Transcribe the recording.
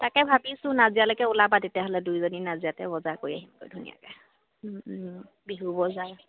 তাকে ভাবিছোঁ নাজিৰালৈকে ওলাবা তেতিয়াহ'লে দুইজনী নাজিৰাতে বজাৰ কৰি আহিম গৈ ধুনীয়াকে বিহুৰ বজাৰ